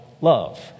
love